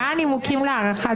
מה הנימוקים להארכת הזמן?